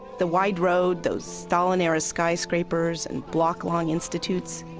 the wide road, those stalin era skyscrapers, and block-long institutes,